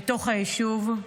בתוך היישוב.